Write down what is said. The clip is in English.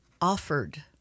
offered